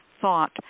thought